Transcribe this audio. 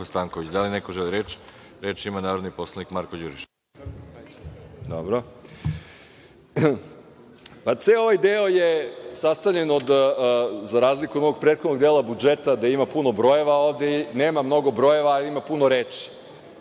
Ceo ovaj deo je sastavljen. Za razliku od onog prethodnog dela budžeta gde ima puno brojeva, ovde nema mnogo brojeva ali ima puno reči,